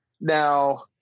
Now